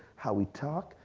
how we talk,